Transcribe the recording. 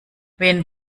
wen